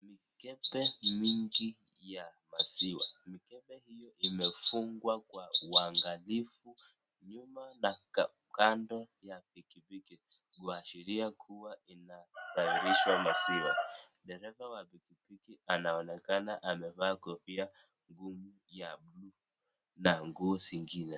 Mikibe mingi ya maziwa mikibe hiyo imefugwa kwa uangalifu nyuma na kando ya pikipiki kuashiria kuwa inatarishiwa maziwa . Mbeba wa pikipiki anaonekana amevaa kofia ya bluu nguo zingine.